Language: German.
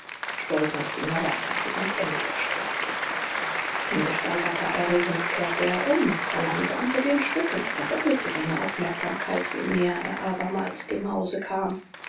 stolpernd ging er weiter bis ans ende der straße in gesteigerter erregung kehrte er um verlangsamte den schritt und verdoppelte seine aufmerksamkeit je näher er abermals dem hause kam